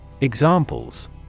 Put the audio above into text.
Examples